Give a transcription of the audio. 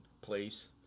place